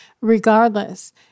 regardless